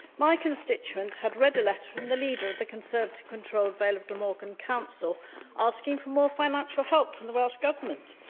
my constituent had read a letter from the leader of the conservative-controlled vale of glamorgan council asking for more financial help from the welsh government.